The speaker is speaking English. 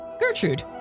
Gertrude